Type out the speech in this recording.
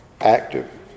active